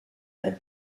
are